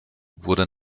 wurde